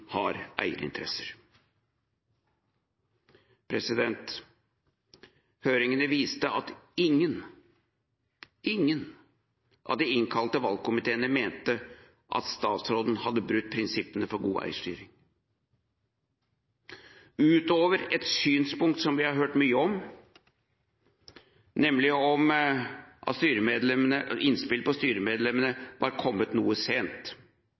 har eierinteresser. Høringene viste at ingen – ingen – av de innkalte valgkomiteene mente at statsråden hadde brutt prinsippene for god eierstyring. Utover et synspunkt som vi har hørt mye om, nemlig at innspill på styremedlemmene har kommet noe sent,